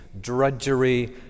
drudgery